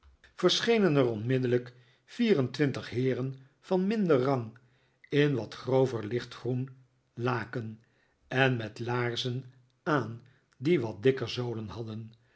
er onmiddellijk vier en twintig heeren van minder rang in wat grover lichtgroen laken en met laarzen aan die wat dikker zolen hadden